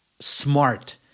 smart